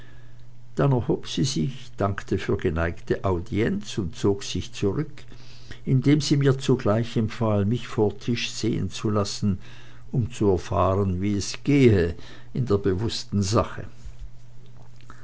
dann erhob sie sich dankte mir für geneigte audienz und zog sich zurück indem sie mir zugleich empfahl mich vor tisch sehen zu lassen um zu erfahren wie es gehe in der bewußten sache